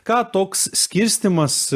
ką toks skirstymas